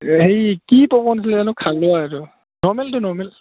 হেৰি কি পপকৰ্ণ আছিলে জনো খালোঁ আৰু সেইটো নৰ্মেলটো নৰ্মেলটো